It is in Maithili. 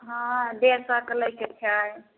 हँ डेढ़ सएके लैके छै